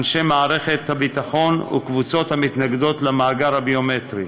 אנשי מערכת הביטחון וקבוצות המתנגדות למאגר הביומטרי.